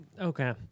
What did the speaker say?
okay